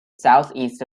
southeast